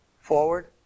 forward